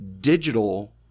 digital